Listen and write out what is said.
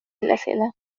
الأسئلة